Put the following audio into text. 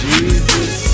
Jesus